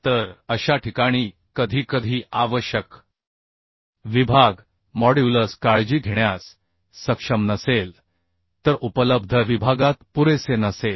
तर अशा ठिकाणी कधीकधी आवश्यक विभाग मॉड्यूलस काळजी घेण्यास सक्षम नसेल तर उपलब्ध विभागात पुरेसे नसेल